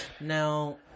Now